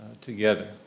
together